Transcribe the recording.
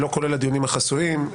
לא כולל הדיונים החסויים.